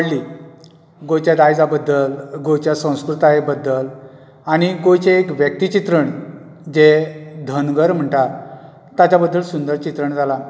आवडली गोंयच्या दायजां बद्दल गोंयच्या संस्कृताये बद्दल आनी गोंयचे एक व्यक्ती चित्रण जे धनगर म्हणटा ताच्या बद्दल सुंदर चित्रण जालां